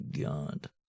God